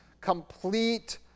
complete